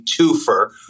twofer